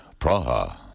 Praha